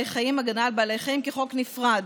חיים (הגנה על בעלי חיים) כחוק נפרד.